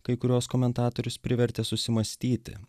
kai kuriuos komentatorius privertė susimąstyti